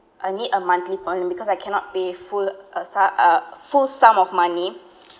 I need a monthly plan because I cannot pay full a sa~ uh full sum of money